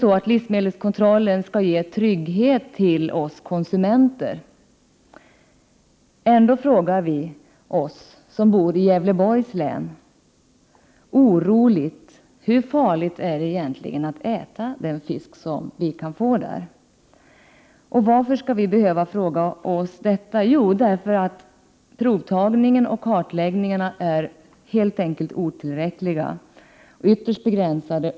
Livsmedelskontrollen skall ge trygghet åt oss konsumenter. Ändå frågar vi som bor i Gävleborgs län oss oroligt: Hur farligt är det egentligen att äta den fisk vi kan få där? Varför skall vi behöva fråga oss detta? Jo därför att provtagning och kartläggningar helt enkelt är otillräckliga och ytterst begränsade.